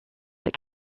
that